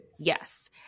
Yes